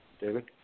David